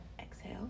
Exhale